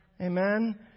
Amen